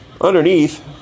Underneath